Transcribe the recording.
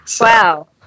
wow